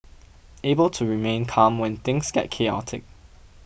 able to remain calm when things get chaotic